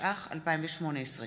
התשע"ח 2018,